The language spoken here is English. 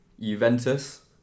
Juventus